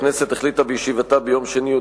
הכנסת החליטה בישיבתה ביום שני,